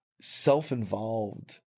self-involved